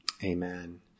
Amen